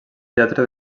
teatre